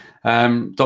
Dr